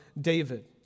David